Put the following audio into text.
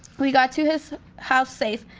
we got to his house safe.